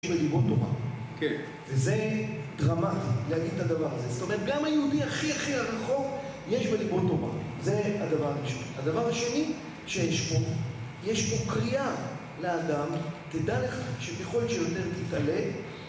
יש בליבו טובה, וזו דרמתי להגיד את הדבר הזה, זאת אומרת, גם היהודי הכי הכי הרחוב יש בליבו טובה, זה הדבר השני. הדבר השני שיש פה, יש פה קריאה לאדם, תדע לך שככל שיותר תתעלה...